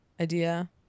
idea